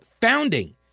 founding